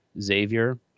Xavier